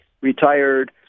retired